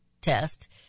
test